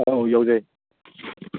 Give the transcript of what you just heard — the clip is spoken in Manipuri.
ꯑꯥꯎ ꯌꯧꯖꯩ